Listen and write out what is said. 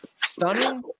Stunning